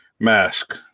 Mask